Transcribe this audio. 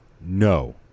No